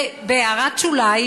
ובהערת שוליים,